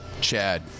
Chad